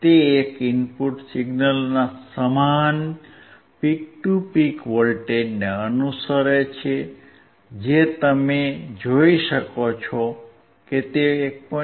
તે એક ઇનપુટ સિગ્નલના સમાન પીક ટુ પીક વોલ્ટેજને અનુસરે છે જે તમે જોઈ શકો છો કે તે 1